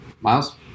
Miles